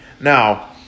Now